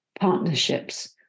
partnerships